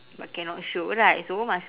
but cannot show right so must